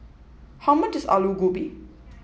how much is Aloo Gobi